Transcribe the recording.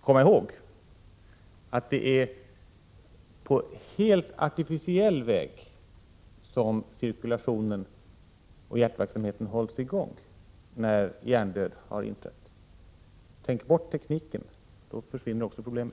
komma i håg att det är på helt artificiell väg som cirkulationen och hjärtverksamheten hålls i gång när hjärndöd har inträtt. Tänk bort tekniken, då försvinner också problemet!